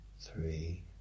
three